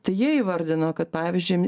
tai jie įvardino kad pavyzdžiui